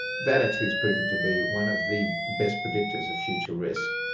that actually has proven to be one of the best predictors of future risk.